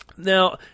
Now